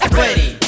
ready